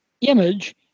image